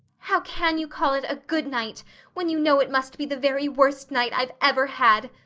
how can you call it a good night when you know it must be the very worst night i've ever had?